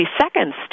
seconds